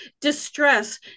distress